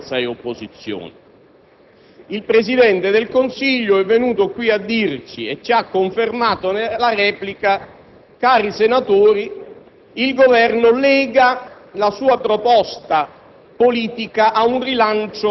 che il tono del discorso del Presidente del Consiglio e anche la sua replica contengono un elemento che cambia sicuramente il corso della legislatura